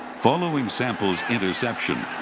following sample's interception,